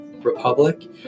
Republic